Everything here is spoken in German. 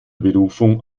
berufung